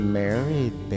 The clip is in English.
married